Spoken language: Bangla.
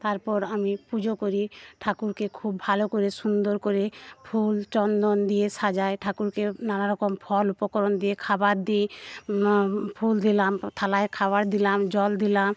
তারপর আমি পুজো করি ঠাকুরকে খুব ভালো করে সুন্দর করে ফুল চন্দন দিয়ে সাজাই ঠাকুরকে নানারকম ফল উপকরণ দিয়ে খাবার দিই ফুল দিলাম থালায় খাবার দিলাম জল দিলাম